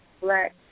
black